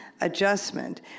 adjustment